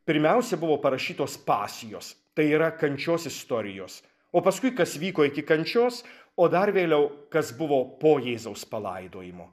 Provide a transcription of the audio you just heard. pirmiausia buvo parašytos pasijos tai yra kančios istorijos o paskui kas vyko iki kančios o dar vėliau kas buvo po jėzaus palaidojimo